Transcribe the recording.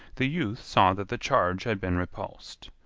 the youth saw that the charge had been repulsed.